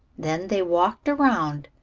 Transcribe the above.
then they walked around,